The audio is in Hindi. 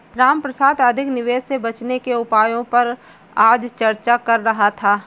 रामप्रसाद अधिक निवेश से बचने के उपायों पर आज चर्चा कर रहा था